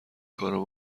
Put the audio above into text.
کارو